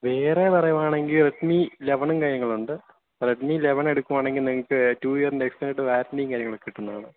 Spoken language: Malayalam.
വേറെ പറയുവാണെങ്കിൽ റെഡ്മീ ലവനും കാര്യങ്ങളുണ്ട് റെഡ്മീ ലവൻ എടുക്കുവാണെങ്കിൽ നിങ്ങൾക്ക് ടൂ ഇയറിൻ്റെ എക്സ്ടെൻഡഡ് വാറണ്ടിയും കാര്യങ്ങളൊക്കെ കിട്ടുന്നതാണ്